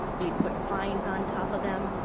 we'd put fines on top of them.